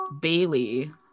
Bailey